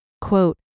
Quote